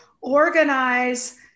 organize